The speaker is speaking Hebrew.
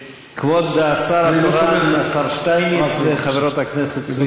כבוד השר התורן השר שטייניץ וחברות הכנסת סויד,